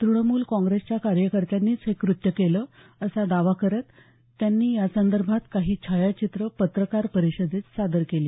तूणमूल काँग्रेसच्या कार्यकर्त्यांनीच हे कृत्य केलं असा दावा करत त्यांनी यासंदर्भात काही छायाचित्रं पत्रकार परिषदेत सादर केली